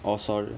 orh sorry